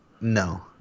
No